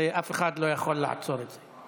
אף אחד לא יכול לעצור את זה.